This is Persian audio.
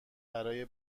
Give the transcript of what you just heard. برای